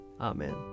Amen